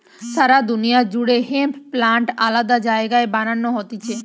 সারা দুনিয়া জুড়ে hemp plant আলাদা জায়গায় বানানো হতিছে